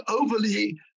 overly